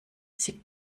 sie